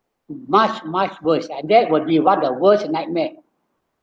much much worse and that would be what the world's nightmare